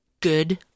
Good